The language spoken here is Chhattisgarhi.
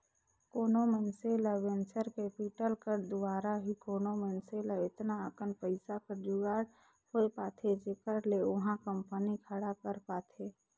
कोनो मइनसे ल वेंचर कैपिटल कर दुवारा ही कोनो मइनसे ल एतना अकन पइसा कर जुगाड़ होए पाथे जेखर ले ओहा कंपनी खड़ा कर पाथे